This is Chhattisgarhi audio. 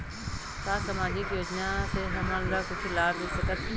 का सामाजिक योजना से हमन ला कुछु लाभ मिल सकत हे?